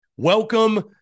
Welcome